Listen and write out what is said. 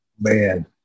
Man